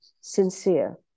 sincere